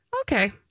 Okay